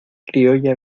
criolla